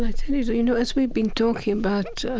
really, so you know, as we've been talking about,